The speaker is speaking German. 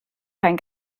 kein